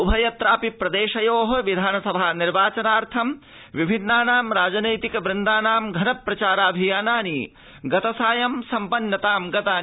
उभयत्रापि प्रदेशायोः विधानसभा निर्वाचनार्थ विभिन्नानां राजनैतिक वृन्दानां धन प्रचाराभियानानि गतसायं सम्पन्नतां गतानि